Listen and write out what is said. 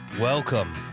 Welcome